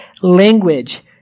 language